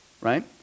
right